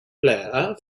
player